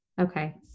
okay